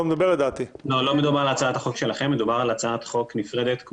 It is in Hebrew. מדובר על הצעת חוק נפרדת.